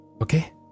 Okay